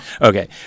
okay